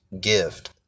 gift